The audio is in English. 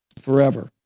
forever